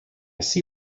see